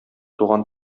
туган